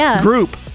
group